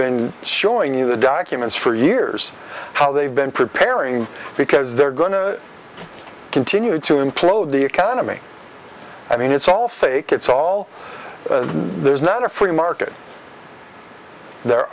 been showing you the documents for years how they've been preparing because they're going to continue to implode the economy i mean it's all fake it's all there's not a free market there